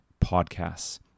podcasts